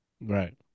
Right